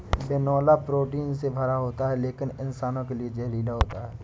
बिनौला प्रोटीन से भरा होता है लेकिन इंसानों के लिए जहरीला होता है